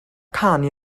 canu